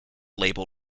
label